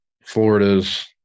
Florida's